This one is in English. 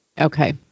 Okay